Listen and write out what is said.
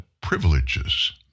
privileges